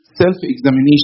self-examination